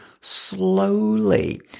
slowly